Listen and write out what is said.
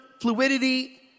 fluidity